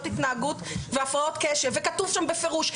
התנהגות והפרעות קשב וכתוב שם בפירוש,